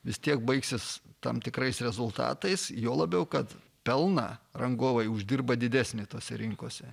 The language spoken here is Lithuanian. vis tiek baigsis tam tikrais rezultatais juo labiau kad pelną rangovai uždirba didesnį tose rinkose